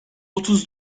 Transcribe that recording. otuz